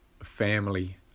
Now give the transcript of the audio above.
family